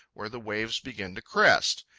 where the waves begin to crest.